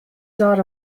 dot